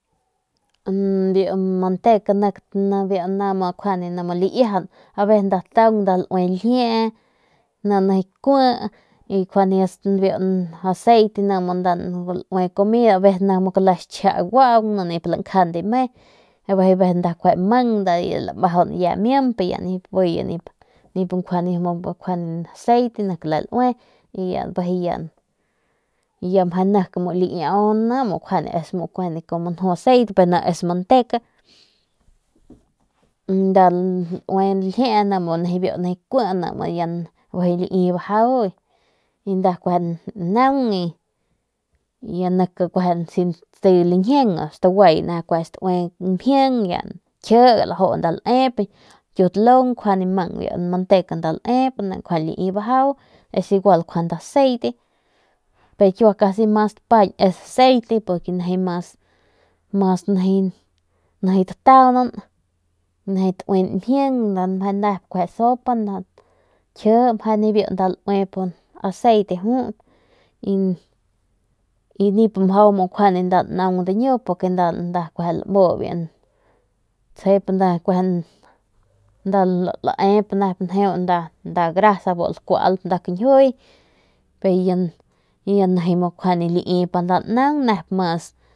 Biu manteca ni kjuande laiaujan aveces nda taung nda laui ljiee y biu aceite ni nda laui mimp y biu ndalaui ljiee ni mu nijiy kiu y si lañjieng bi nda staguay kueje pa nda ne mimp kji laju nda laep nkiutalung njuande lajañ bajau pero kiua mas payan es biu aceite nijiy tauin mjin nep sopa kji meje nibiu taueban aceite pero nip laju nda diñiu naung porque nda laneng nda lakualp bu kañjiuy biu tsjep grasa nep naung nep mas nip lai nep mas.